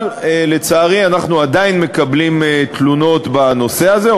אבל לצערי אנחנו עדיין מקבלים תלונות בנושא הזה,